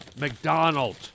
McDonald